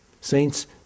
Saints